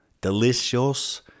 delicious